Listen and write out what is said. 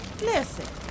listen